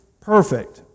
perfect